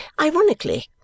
ironically